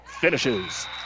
Finishes